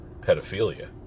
pedophilia